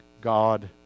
God